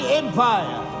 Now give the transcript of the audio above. empire